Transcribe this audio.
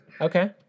Okay